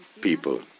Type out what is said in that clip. people